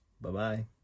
Bye-bye